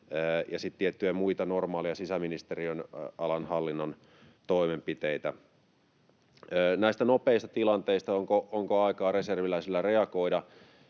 tiettyjä muita normaaleja sisäministeriön alan hallinnon toimenpiteitä. Näistä nopeista tilanteista, onko reserviläisillä aikaa